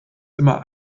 immer